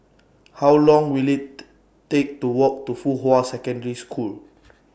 How Long Will IT Take to Walk to Fuhua Secondary School